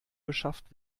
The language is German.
beschafft